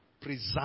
preserve